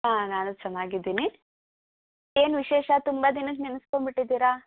ಹಾಂ ನಾನು ಚೆನ್ನಾಗಿದ್ದೀನಿ ಏನು ವಿಶೇಷ ತುಂಬ ದಿನಕ್ಕೆ ನೆನೆಸ್ಕೊಂಬಿಟ್ಟಿದ್ದೀರ